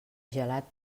gelat